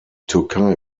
türkei